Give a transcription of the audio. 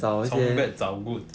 从 bad 找 good